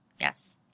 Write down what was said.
Yes